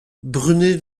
brunet